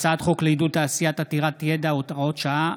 הצעת חוק לעידוד תעשייה עתירת ידע (הוראת שעה),